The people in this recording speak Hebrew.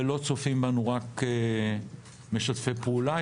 ולא צופים בנו רק משתפי פעולה,